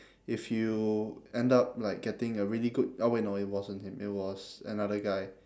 if you end up like getting a really good oh wait no it wasn't him it was another guy